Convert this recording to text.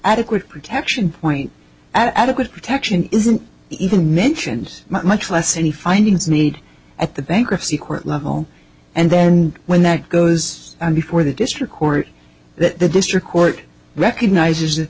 adequate protection point adequate protection isn't even mentions much less any findings need at the bankruptcy court level and then when that goes before the district court that the district court recognizes that